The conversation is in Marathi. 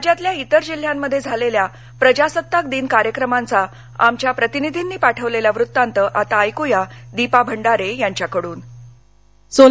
राज्यातील इतर जिल्ह्यांमध्ये झालेल्या प्रजासत्ताक दिन कार्यक्रमांचा आमच्या प्रतिनिधींनी पाठविलेला वृत्तांत आता ऐकुया दीपा भंडारे यांच्याकड़न